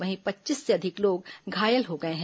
वहीं पच्चीस से अधिक लोग घायल हो गए हैं